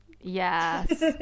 Yes